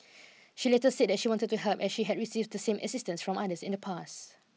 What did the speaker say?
she later said that she wanted to help as she had received the same assistance from others in the past